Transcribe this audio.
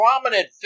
prominent